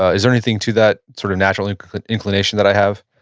is there anything to that sort of natural and inclination that i have?